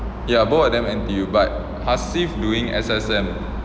ya both of them N_T_U but hasif doing S_S_M